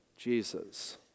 Jesus